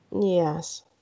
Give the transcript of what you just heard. Yes